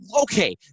Okay